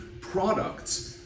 products